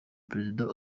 prezida